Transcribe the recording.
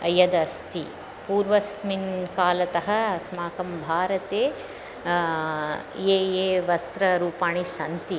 यद् अस्ति पूर्वस्मिन् कालतः अस्माकं भारते ये ये वस्त्र रूपाणि सन्ति